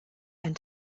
ein